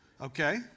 Okay